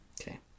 Okay